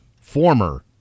Former